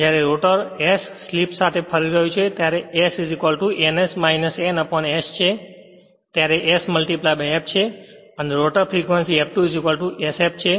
જ્યારે rotor s slip સાથે ફરી રહ્યું છે ત્યારે અને s ns n s છે ત્યારે s f છે અને rotor frequency F2 s f છે